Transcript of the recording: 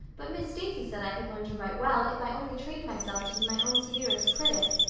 but miss stacy said i could learn to write well if i only trained myself to be my own severest critic.